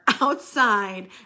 outside